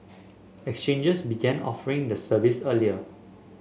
exchanges began offering the service earlier